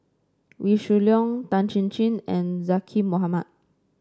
Wee Shoo Leong Tan Chin Chin and Zaqy Mohamad